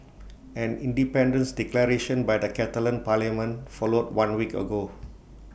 an independence declaration by the Catalan parliament followed one week ago